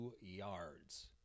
yards